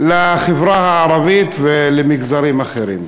לחברה הערבית ולמגזרים אחרים.